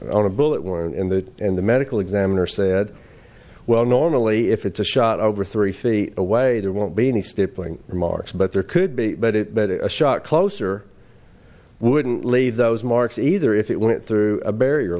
on a bullet where and that the medical examiner said well normally if it's a shot over three feet away there won't be any stapling remarks but there could be but it a shot closer wouldn't leave those marks either if it went through a barrier